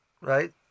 right